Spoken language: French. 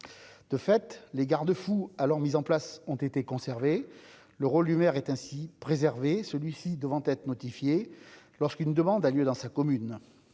de fait, les garde-fous alors mises en place ont été conservés, le rôle du maire est ainsi préserver celui-ci devant être notifiés lorsqu'il ne demande à l'UE dans sa commune,